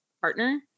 partner